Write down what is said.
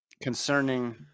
concerning